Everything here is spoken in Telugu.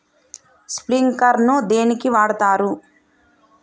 స్ప్రింక్లర్ ను దేనికి వాడుతరు?